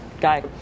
Guy